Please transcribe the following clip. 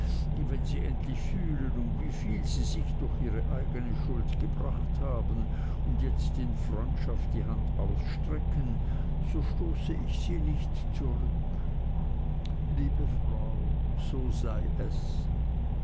wenn sie endlich fühlen um wieviel sie sich durch ihre eigne schuld gebracht haben und jetzt in freundschaft die hand ausstrecken so stoße sie nicht zurück liebe frau so sei es